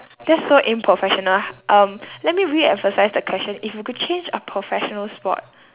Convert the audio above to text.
that' so unprofessional h~ um let me reemphasise the question if you could change a professional sport